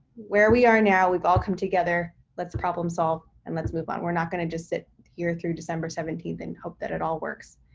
where we are now, we've all come together. let's problem solve and let's move on. we're not gonna just sit here through december seventeenth and hope that it all works.